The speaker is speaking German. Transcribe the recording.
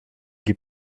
gib